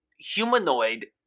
Humanoid